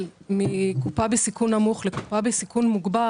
מקופה בסיכון נמוך לקופה בסיכון מוגבר